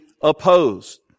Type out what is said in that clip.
opposed